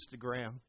Instagram